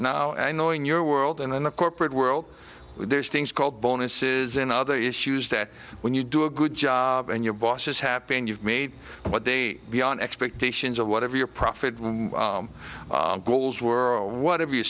now i know in your world and in the corporate world there's things called bonuses and other issues that when you do a good job and your boss is happy and you've made what they beyond expectations of whatever your profit goals were all whatever your